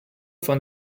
von